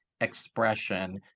expression